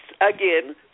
again